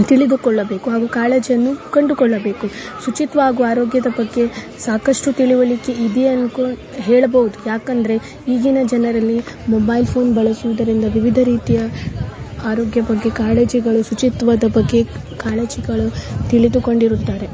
ತಿಳಿದುಕೊಳ್ಳಬೇಕು ಹಾಗು ಕಾಳಜಿಯನ್ನು ಕಂಡುಕೊಳ್ಳಬೇಕು ಶುಚಿತ್ವ ಹಾಗು ಆರೋಗ್ಯದ ಬಗ್ಗೆ ಸಾಕಷ್ಟು ತಿಳುವಳಿಕೆ ಇದ್ಯಾ ಅನ್ಕೊಂಡು ಹೇಳ್ಬೌದು ಯಾಕೆಂದರೆ ಈಗಿನ ಜನರಲ್ಲಿ ಮೊಬೈಲ್ ಫೋನ್ ಬಳಸುವುದರಿಂದ ವಿವಿಧ ರೀತಿಯ ಆರೋಗ್ಯ ಬಗ್ಗೆ ಕಾಳಜಿಗಳು ಶುಚಿತ್ವದ ಬಗ್ಗೆ ಕಾಳಜಿಗಳು ತಿಳಿದುಕೊಂಡಿರುತ್ತಾರೆ